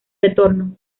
retorno